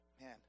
man